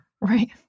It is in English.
Right